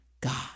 God